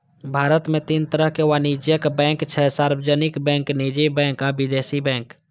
भारत मे तीन तरहक वाणिज्यिक बैंक छै, सार्वजनिक बैंक, निजी बैंक आ विदेशी बैंक